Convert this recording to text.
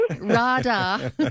Rada